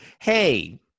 Hey